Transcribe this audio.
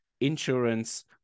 insurance